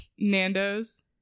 Nando's